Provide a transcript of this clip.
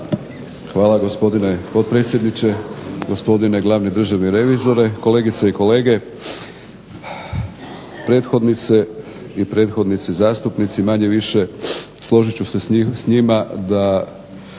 Hvala gospodine potpredsjedniče. Gospodine glavni državni revizore, kolegice i kolege. Prethodnice i prethodnici zastupnici manje-više složit ću se s njima da